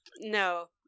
No